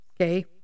okay